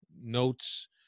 notes